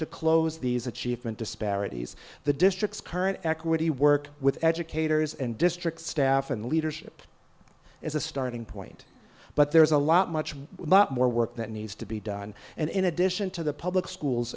to close these achievement disparities the district's current equity work with educators and district staff and leadership is a starting point but there is a lot much more work that needs to be done and in addition to the public schools